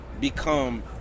become